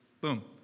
Boom